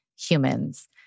HUMANS